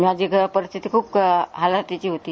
माझी परिस्थिती खूप हलाखीची होती